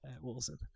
Wilson